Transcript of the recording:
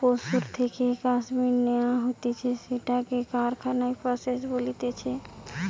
পশুর থেকে কাশ্মীর ন্যাওয়া হতিছে সেটাকে কারখানায় প্রসেস বলতিছে